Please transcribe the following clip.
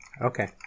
Okay